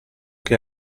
che